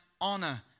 honor